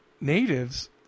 natives